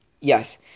yes